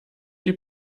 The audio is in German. die